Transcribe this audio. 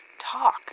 talk